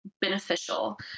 beneficial